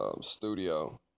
studio